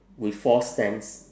with four stands